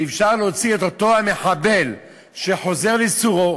שאפשר להוציא את אותו המחבל שחוזר לסורו,